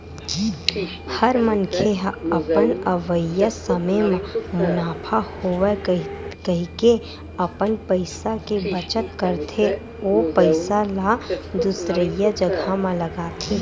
हर मनखे ह अपन अवइया समे म मुनाफा होवय कहिके अपन पइसा के बचत करके ओ पइसा ल दुसरइया जघा म लगाथे